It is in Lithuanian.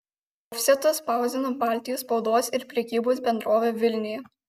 ofsetu spausdino baltijos spaudos ir prekybos bendrovė vilniuje